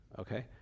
Okay